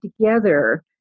together